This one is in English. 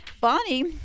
Bonnie